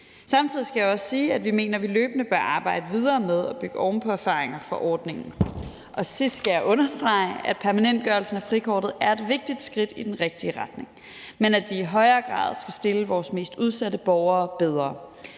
Samtidig skal jeg også sige, at vi mener, at vi løbende bør arbejde videre med at bygge oven på erfaringer fra ordningen. Til sidst skal jeg understrege, at permanentgørelsen af frikortet er et vigtigt skridt i den rigtige retning, men at vi i højere grad skal stille vores mest udsatte borgere bedre.